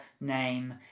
name